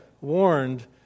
warned